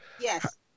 Yes